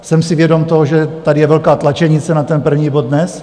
Jsem si vědom toho, že tady je velká tlačenice na první bod dnes.